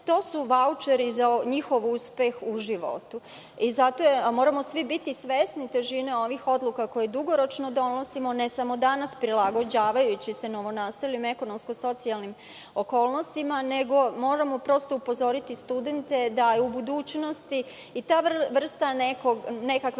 su vaučeri za njihov uspeh u životu. Zato moramo svi biti svesni težine ovih odluka koje dugoročno donosimo, ne samo danas prilagađavajući se novonastalim ekonomsko-socijalnim okolnostima, nego moramo upozoriti studente da u budućnosti i ta vrsta nekakve